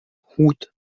route